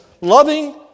Loving